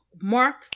mark